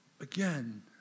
Again